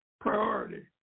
priority